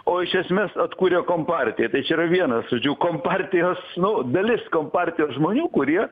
o iš esmės atkūrė kompartija tai čia yra vienas žodžiu kompartijos nu dalis kompartijos žmonių kurie